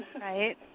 Right